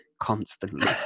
constantly